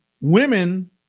women